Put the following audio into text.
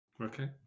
Okay